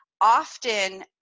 often